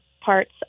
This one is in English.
parts